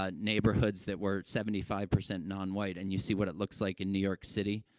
ah neighborhoods that were seventy five percent non-white, and you see what it looks like in new york city,